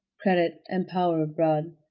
credit and power abroad.